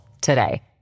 today